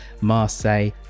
Marseille